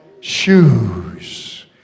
shoes